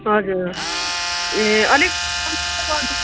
हजुर ए अलिक कम्ती त गरिदिनु